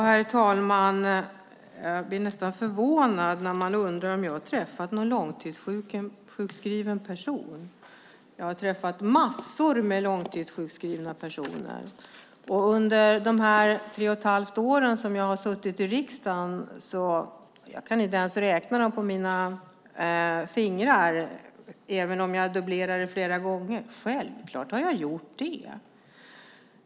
Herr talman! Jag blir förvånad när LiseLotte Olsson undrar om jag har träffat någon långtidssjukskriven person. Jag har träffat massor med långtidssjukskrivna personer. Under mina tre och ett halvt år i riksdagen är de många fler än jag kan räkna på mina fingrar. Självklart har jag träffat långtidssjukskrivna människor!